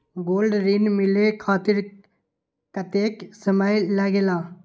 Gold ऋण मिले खातीर कतेइक समय लगेला?